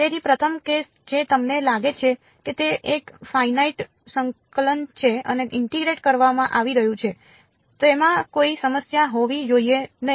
તેથી પ્રથમ કેસ જે તમને લાગે છે કે તે એક ફાઇનાઇટ સંકલન છે અને ઇન્ટીગ્રેટ કરવામાં આવી રહ્યું છે તેમાં કોઈ સમસ્યા હોવી જોઈએ નહીં